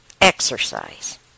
exercise